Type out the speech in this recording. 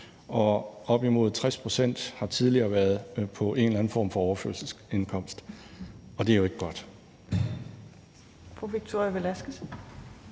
og op imod 60 pct. har tidligere været på en eller anden form for overførselsindkomst, og det er jo ikke godt.